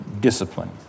discipline